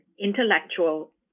intellectual